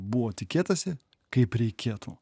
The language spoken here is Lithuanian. buvo tikėtasi kaip reikėtų